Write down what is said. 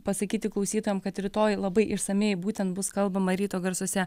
pasakyti klausytojams kad rytoj labai išsamiai būtent bus kalbama ryto garsuose